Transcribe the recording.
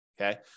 Okay